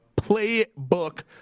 playbook